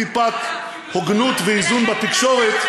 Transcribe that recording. לא רק שאין טיפת הוגנות ואיזון בתקשורת,